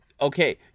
okay